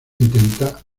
intenta